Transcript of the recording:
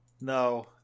No